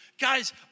Guys